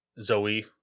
Zoe